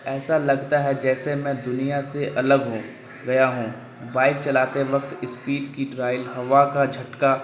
ایسا لگتا ہے جیسے میں دنیا سے الگ ہوں گیا ہوں بائک چلاتے وقت اسپیڈ کی ٹرائل ہوا کا جھٹکا